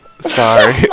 sorry